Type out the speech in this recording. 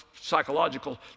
psychological